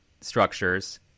structures